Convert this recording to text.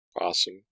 Awesome